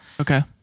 Okay